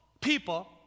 people